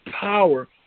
power